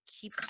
keep